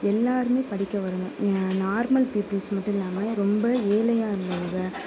எல்லோருமே படிக்க வரணும் நார்மல் பீப்பிள்ஸ் மட்டும் இல்லாமல் ரொம்ப ஏழையா இருந்தவங்க